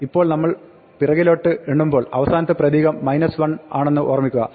ഇപ്പോൾ നമ്മൾ പിറകിലോട്ട് എണ്ണുമ്പോൾ അവസാനത്തെ പ്രതീകം 1 ആണെന്ന് ഓർമ്മിക്കുക